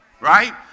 right